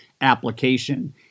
application